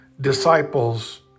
disciples